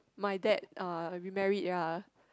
my dad uh remarried ah